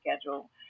schedule